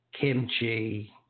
kimchi